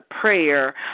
prayer